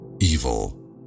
evil